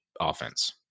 offense